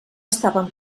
estàvem